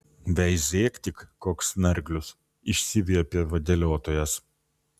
veizėk tik koks snarglius išsiviepė vadeliotojas